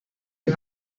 wir